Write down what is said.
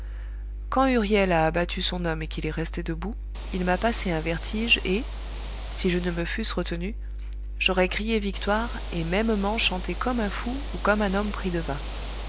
quand huriel a abattu son homme et qu'il est resté debout il m'a passé un vertige et si je ne me fusse retenu j'aurais crié victoire et mêmement chanté comme un fou ou comme un homme pris de vin